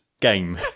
game